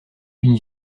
une